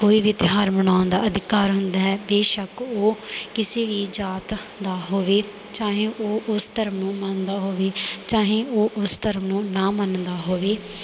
ਕੋਈ ਵੀ ਤਿਉਹਾਰ ਮਨਾਉਣ ਦਾ ਅਧਿਕਾਰ ਹੁੰਦਾ ਹੈ ਬੇਸ਼ੱਕ ਉਹ ਕਿਸੇ ਵੀ ਜਾਤ ਦਾ ਹੋਵੇ ਚਾਹੇ ਉਹ ਉਸ ਧਰਮ ਨੂੰ ਮੰਨਦਾ ਹੋਵੇ ਚਾਹੇ ਉਹ ਉਸ ਧਰਮ ਨੂੰ ਨਾ ਮੰਨਦਾ ਹੋਵੇ